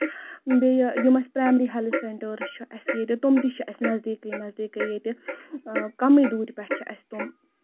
بیٚیہِ یِم اَسہِ پرایمری ہیلتھ سینٹٲرٕس چھِ اَسہِ ییٚتہِ تِم تہِ چھِ اَسہِ نَزدیٖکے نزدیٖکٕے ییٚتہِ کَمٕے دوٗرِ پٮ۪ٹھٕ چھِ اَسہِ تِم